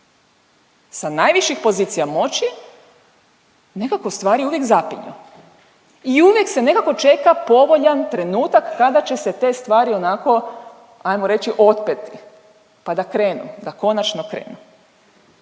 sa najviših pozicija moći nekako stvari uvijek zapinju i uvijek se nekako čeka povoljan trenutak kada će se te stvari onako, ajmo reći otpeti, pa da krenu, da konačno krenu.